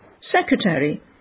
secretary